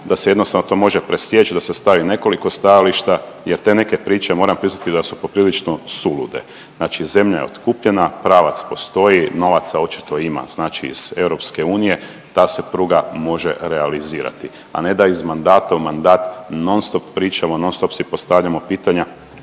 da se jednostavno to može presjeći, da se stavi nekoliko stajališta jer te neke priče moram priznati da su poprilično sulude. Znači zemlja je otupljena, pravac postoji, novaca očito ima znači iz EU. Ta se pruga može realizirati, a ne da iz mandata u mandat non stop pričamo, non stop si postavljamo pitanja.